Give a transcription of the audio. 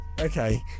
okay